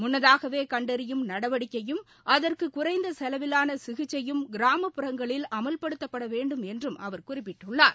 முன்னதாகவே கண்டறியும் நடவடிக்கையும் அதற்கு குறைந்த செலவிலான சிகிச்சையும் கிராமப்புறங்களில் அமல்படுத்த வேண்டுமென்றும் அவர் குறிப்பிட்டுள்ளார்